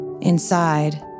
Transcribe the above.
Inside